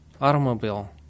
automobile